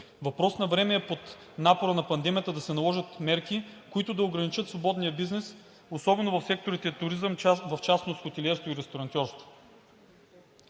Въпрос на време е под напора на пандемията да се наложат мерки, които да ограничат свободния бизнес, особено в секторите туризъм, в частност хотелиерство и ресторантьорство.